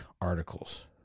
articles